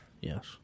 Yes